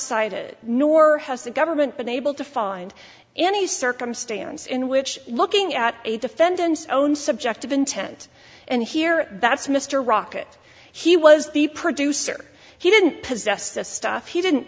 said nor has the government been able to find any circumstance in which looking at a defendant's own subjective intent and here that's mr rocket he was the producer he didn't possess the stuff he didn't